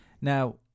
Now